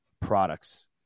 products